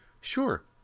Sure